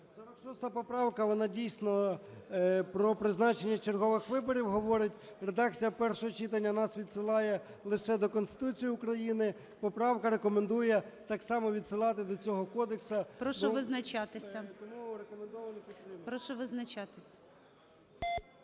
46 поправка вона, дійсно, про призначення чергових виборів говорить. Редакція першого читання нас відсилає лише до Конституції України. Поправка рекомендує так само відсилати до цього кодексу. Тому рекомендовано підтримати.